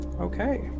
okay